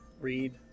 read